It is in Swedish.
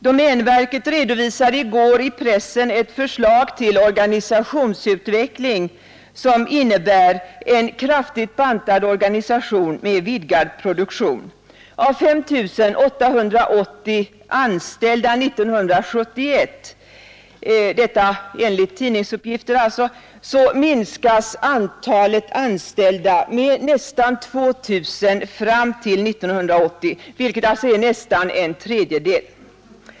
Domänverket redovisade i går i pressen ett förslag till organisationsutveckling, som innebär en kraftigt bantad organisation med vidgad produktion. Av 5 880 anställda 1971 — detta enligt tidningsuppgifter — minskas antalet anställda med nästan 2 000 fram till 1980, vilket är nästan en tredjedel.